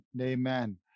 Amen